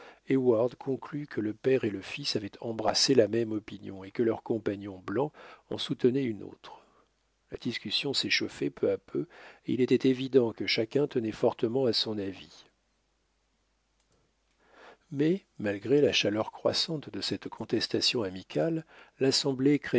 conclut que le père et le fils avaient embrassé la même opinion et que leur compagnon blanc en soutenait une autre la discussion s'échauffait peu à peu et il était évident que chacun tenait fortement à son avis mais malgré la chaleur croissante de cette contestation amicale l'assemblée